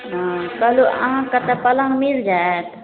हँ कहलहुॅं अहाँके तऽ पलङ्ग मिल जायत